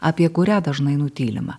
apie kurią dažnai nutylima